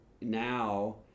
now